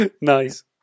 Nice